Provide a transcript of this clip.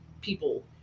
people